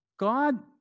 God